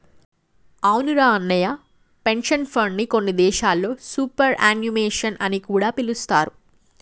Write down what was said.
అవునురా అన్నయ్య పెన్షన్ ఫండ్ని కొన్ని దేశాల్లో సూపర్ యాన్యుమేషన్ అని కూడా పిలుస్తారు